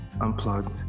unplugged